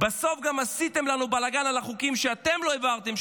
בסוף גם עשיתם לנו בלגן על החוקים שלא העברתם,